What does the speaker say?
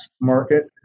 market